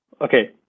Okay